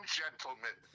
gentlemen